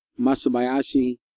Masubayashi